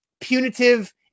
punitive